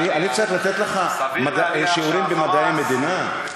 אני צריך לתת לך שיעורים במדעי מדינה?